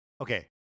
okay